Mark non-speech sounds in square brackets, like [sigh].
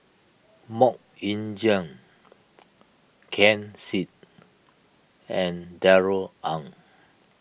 Mok Ying Jang [noise] Ken Seet and Darrell Ang